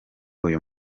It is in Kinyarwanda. uyu